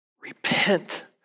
repent